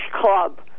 Club